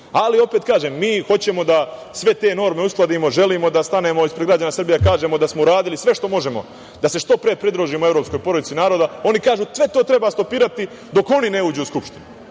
opet kažem, mi hoćemo da sve te norme uskladimo, želimo da stanemo ispred građana Srbije, da kažemo da smo uradili sve što možemo, da se što pre pridružimo evropskoj porodici naroda. Oni kažu – sve to treba stopirati dok oni ne uđu u Skupštinu.